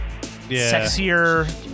Sexier